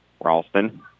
Ralston